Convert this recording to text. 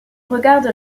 regarde